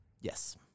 Yes